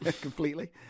completely